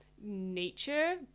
nature